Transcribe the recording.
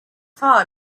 far